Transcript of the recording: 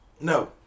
No